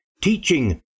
teaching